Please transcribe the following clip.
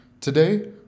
Today